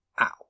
Ow